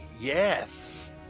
Yes